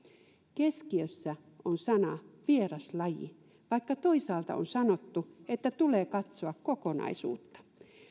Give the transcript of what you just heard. keskiössä on sana vieraslaji vaikka toisaalta on sanottu että tulee katsoa kokonaisuutta